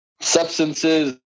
substances